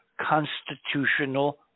constitutional